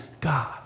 God